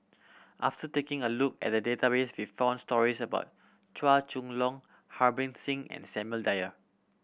after taking a look at the database we found stories about Chua Chong Long Harbans Singh and Samuel Dyer